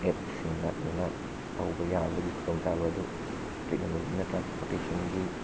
ꯑꯦꯞꯁꯤꯡꯗ ꯂꯣꯏꯅ ꯇꯧꯕ ꯌꯥꯕꯒꯤ ꯈꯨꯗꯣꯡ ꯆꯥꯕ ꯑꯗꯨ ꯇꯦꯛꯅꯣꯂꯣꯖꯤꯅ ꯇ꯭ꯔꯥꯟꯁꯄꯣꯔꯇꯦꯁꯟꯒꯤ